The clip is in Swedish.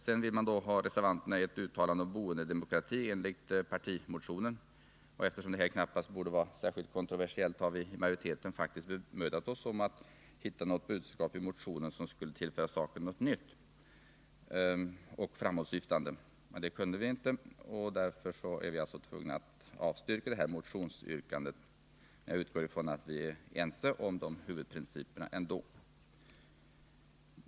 Reservanterna vill också ha ett uttalande om boendedemokrati enligt partimotionen. Eftersom detta knappast torde vara något särskilt kontroversiellt, har vi i majoriteten faktiskt bemödat oss om att hitta något budskap i motionen som skulle tillföra saken något nytt och framåtsyftande. Det kunde vi emellertid inte, och därför blev vi tvungna att avstyrka motionsyrkandet. Jag utgår från att vi ändå är ense om huvudprinciperna.